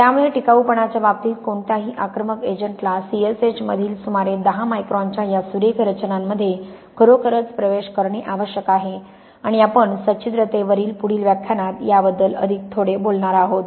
त्यामुळे टिकाऊपणाच्या बाबतीत कोणत्याही आक्रमक एजंटला C S H मधील सुमारे 10 मायक्रॉनच्या या सुरेख रचनांमध्ये खरोखरच प्रवेश करणे आवश्यक आहे आणि आपण सच्छिद्रतेवरील पुढील व्याख्यानात याबद्दल थोडे अधिक बोलणार आहोत